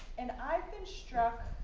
and i've been struck